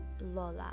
Lola